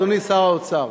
אדוני שר האוצר,